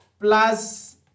plus